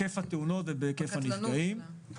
בהיקף התאונות ובהיקף הנפגעים.